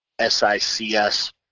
SICS